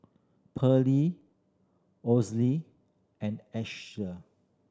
Pearly and Asher